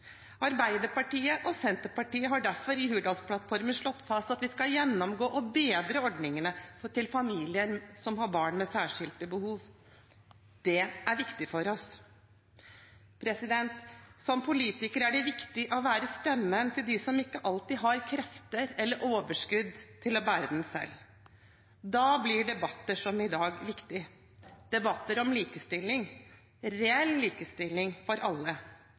Arbeiderpartiet og Senterpartiet har i Hurdalsplattformen slått fast at vi skal gjennomgå og bedre ordningene til familier som har barn med særskilte behov. Det er viktig for oss. Som politiker er det viktig å være stemmen til dem som ikke alltid har krefter eller overskudd til å være den selv. Da blir en debatt som i dag viktig – debatt om likestilling, reell likestilling for alle.